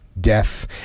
death